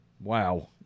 Wow